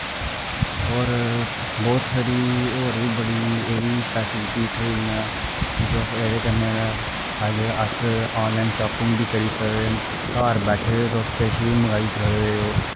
होर बौह्त सारी होर बी बड़ी एह्दी फैसिलिटी उत्थें होई दियां कि तुस एह्दे कन्नै अज्ज अस आनलाइन शापिंग बी करी सकदे न घर बैठे दे तुस किश बी मंगाई सकदे ओ